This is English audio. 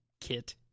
kit